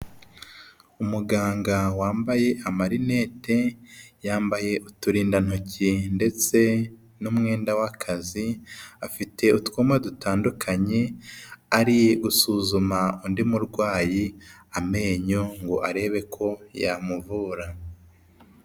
Umuganga wambaye amarinete, yambaye uturindantoki ndetse n'umwenda w'akazi, afite utwuma dutandukanye, ari gusuzuma undi murwayi amenyo ngo arebe ko yamuvura.